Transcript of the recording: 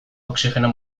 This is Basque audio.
oxigeno